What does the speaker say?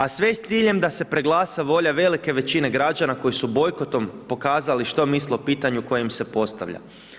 A sve s ciljem da se preglasa volja velike većine građana koji su bojkotom pokazali što misle o pitanju koje im se postavlja.